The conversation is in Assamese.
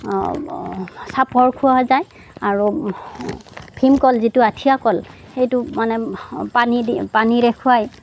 চাপৰ খোৱা যায় আৰু ভীমকল যিটো আঠিয়া কল সেইটো মানে পানী দি পানীৰে খুৱায়